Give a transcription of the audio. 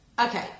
Okay